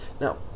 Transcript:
Now